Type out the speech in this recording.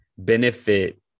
benefit